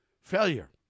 failure